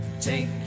take